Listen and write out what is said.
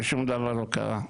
ושום דבר לא קרה.